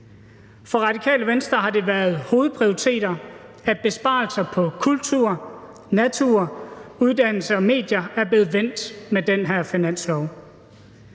For Radikale Venstre har det været hovedprioriteter, at besparelser på kultur, natur, uddannelse og medier er blevet vendt med den her finanslov.